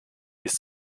ist